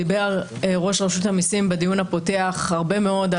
דיבר ראש רשות המסים בדיון הפותח הרבה מאוד על